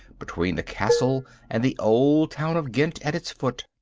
between the castle and the old town of ghent at its foot.